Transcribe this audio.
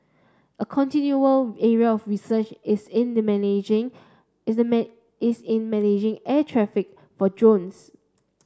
a continuing area of research is in the managing is in managing air traffic for drones